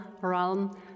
realm